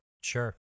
sure